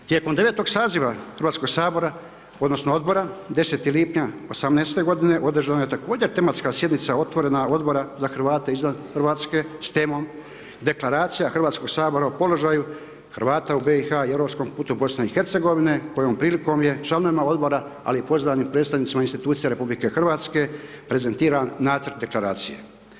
Tijekom 9. saziva Hrvatskog sabora, odnosno, odbora, 10. lipnja '18. g. održana je također tematska sjednica otvorena Odbora za Hrvate izvan Hrvatske s temom deklaracija Hrvatskog Sabora o položaju Hrvata u BiH-a i europskom putu BiH-a kojom prilikom je članovima odbora ali i pozvanim predstavnicima institucije RH prezentiran nacrt deklaracije.